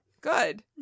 Good